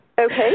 Okay